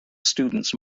students